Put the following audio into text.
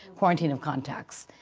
quarantine of contacts.